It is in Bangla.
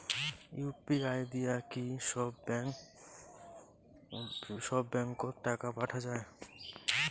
ইউ.পি.আই দিয়া কি সব ব্যাংক ওত টাকা পাঠা যায়?